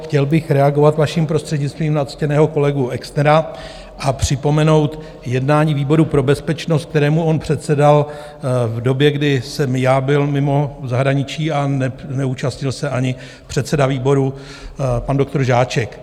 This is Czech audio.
Chtěl bych reagovat, vaším prostřednictvím, na ctěného kolegu Exnera a připomenout jednání výboru pro bezpečnost, kterému on předsedal v době, kdy jsem já byl mimo v zahraničí a neúčastnil se ani předseda výboru pan doktor Žáček.